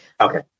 Okay